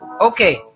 okay